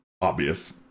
obvious